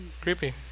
Creepy